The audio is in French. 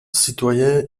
citoyen